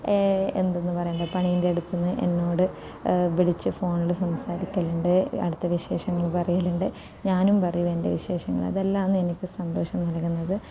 എന്തോന്ന് പറയേണ്ടത് പണിയിൻ്റെ അടുത്തു നിന്ന് എന്നോട് വിളിച്ച് ഫോണിൽ സംസാരിക്കലുണ്ട് അവിടുത്തെ വിശേഷങ്ങൾ പറയലുണ്ട് ഞാനും പറയും എൻ്റെ വിശേഷങ്ങൾ അതെല്ലാമാണ് എനിക്ക് സന്തോഷം നൽകുന്നത്